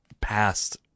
past